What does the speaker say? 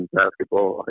basketball